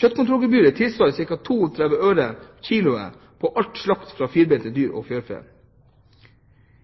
Kjøttkontrollgebyret tilsvarer ca. 32 øre kiloen på alt slakt fra firbeinte dyr og fjørfe.